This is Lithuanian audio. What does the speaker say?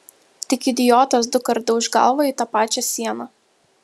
tik idiotas dukart dauš galvą į tą pačią sieną